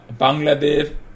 Bangladesh